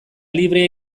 librea